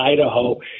Idaho